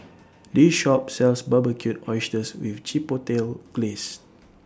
This Shop sells Barbecued Oysters with Chipotle Glaze